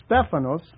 Stephanos